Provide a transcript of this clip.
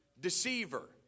deceiver